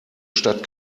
stadt